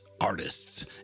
artists